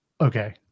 okay